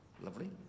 Lovely